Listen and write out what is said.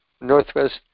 northwest